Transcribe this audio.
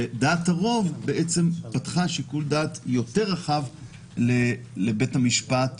ודעת הרוב הציעה שיקול דעת יותר רחב לבית המשפט